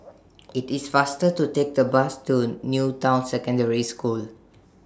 IT IS faster to Take The Bus to New Town Secondary School